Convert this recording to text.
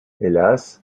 hélas